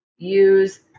use